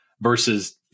versus